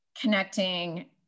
connecting